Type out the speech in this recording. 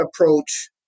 approach